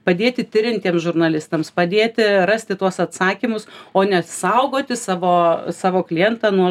padėti tiriantiem žurnalistams padėti rasti tuos atsakymus o ne saugoti savo savo klientą nuo